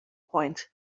point